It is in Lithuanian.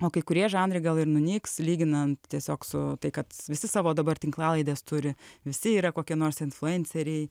o kai kurie žanrai gal ir nunyks lyginant tiesiog su tai kad visi savo dabar tinklalaidės turi visi yra kokie nors influenceriai